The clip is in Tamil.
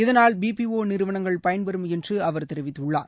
இதனால் பிபிஒநிறுவனங்கள் பயன்பெறும் என்றுஅவர் தெரிவித்துள்ளார்